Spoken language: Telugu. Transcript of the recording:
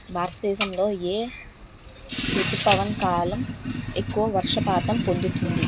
భారతదేశంలో ఏ రుతుపవన కాలం ఎక్కువ వర్షపాతం పొందుతుంది?